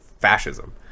fascism